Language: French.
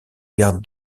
gare